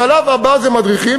השלב הבא הוא מדריכים.